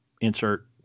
insert